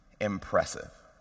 impressive